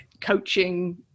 coaching